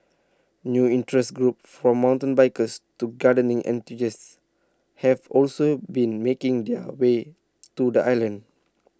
new interest groups from mountain bikers to gardening enthusiasts have also been making their way to the island